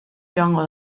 joango